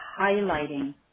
highlighting